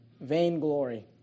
vainglory